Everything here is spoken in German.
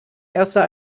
erster